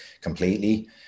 completely